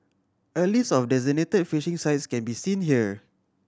a list of designated fishing sites can be seen here